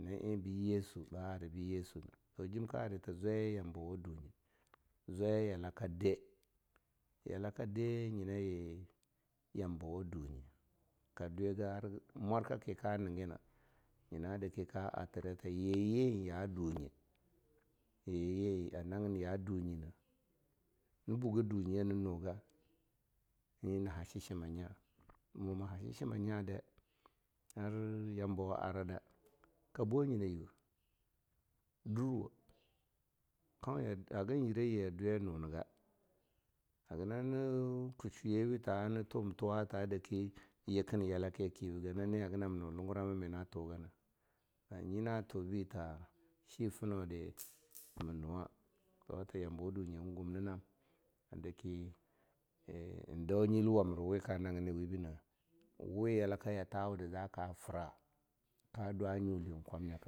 Nyina eh bi yesu ba aribi yesu toh jim ka arita zwaya yambawa dunyi, zwaya yalakade, yalakade nyima yi yambawa dunje, ka dwiga, mwarka ki ka niga nyina a daki ka arita yi yin ya dunye, ye yin a nagin ya dinye nah. Na bugeh dumyi ye na nuga, nyi naha chi-chima nya, mu maba chi-chima nyade ar yambo aradi ka bwah nyina yuwo. Durwo, konya, a hagan yire yi a dwi a nuni ga, haga nanu ka shwa yebi ta ana tuwum tuwa'a ta ara daki yikin yalakibi hani haga nam nu lunguramami na tugana, ah nyina tubita chi finaudi ma nuwa, tuwa ta yambawa dunyi en gumninam, a daki en dau nyilwa mirweh ka nagini wibinah wi yalaka yayhawudi zaka fra ka dwa nyuli kwamnya.